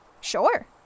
Sure